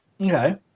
Okay